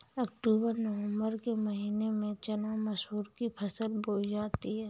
अक्टूबर नवम्बर के महीना में चना मसूर की फसल बोई जाती है?